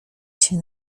się